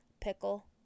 Pickle